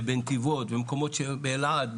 בנתיבות, באלעד,